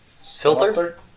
Filter